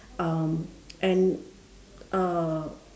um and uh